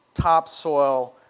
topsoil